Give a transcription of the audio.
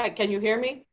ah can you hear me?